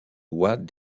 lois